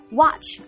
watch